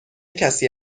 کسی